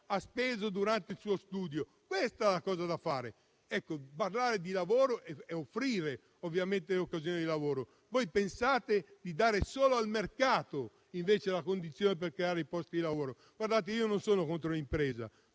ha appreso durante il suo studio. Questa è la cosa da fare: parlare di lavoro e offrire le occasioni di lavoro. Voi invece pensate di dare solo al mercato la condizione per creare i posti di lavoro. Guardate, io non sono contro l'impresa,